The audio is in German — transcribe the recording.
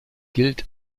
gilt